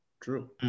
True